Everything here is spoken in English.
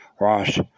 Ross